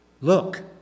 Look